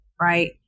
right